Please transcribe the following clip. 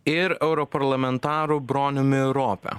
ir europarlamentaru broniumi rope